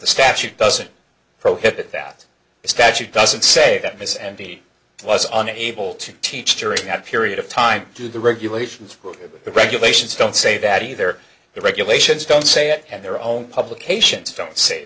the statute doesn't prohibit that statute doesn't say that miss andy was unable to teach during that period of time do the regulations the regulations don't say that either the regulations don't say it and their own publications don't say